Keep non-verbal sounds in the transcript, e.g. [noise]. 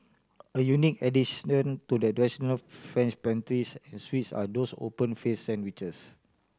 a unique addition to the [unintelligible] French pastries and sweets are those open faced sandwiches